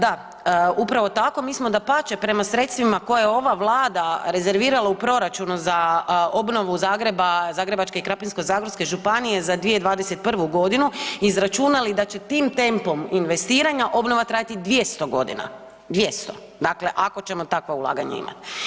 Da, upravo tako mi smo dapače prema sredstvima koje je ova Vlada rezervirala u proračunu za obnovu Zagrebu, Zagrebačke i Krapinsko-zagorske županije za 2021. godinu izračunali da će tim tempom investiranja obnova trajati 200 godina, 200, dakle ako ćemo takva ulaganja imati.